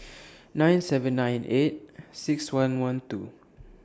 nine seven nine eight six one one two